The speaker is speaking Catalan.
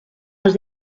els